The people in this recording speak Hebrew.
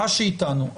אשי איתנו.